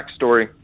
backstory